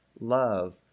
love